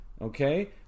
okay